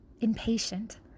impatient